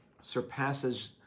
surpasses